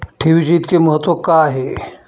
ठेवीचे इतके महत्व का आहे?